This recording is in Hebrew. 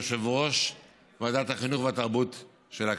יושב-ראש ועדת החינוך והתרבות של הכנסת.